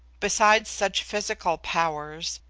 besides such physical powers,